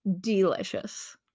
delicious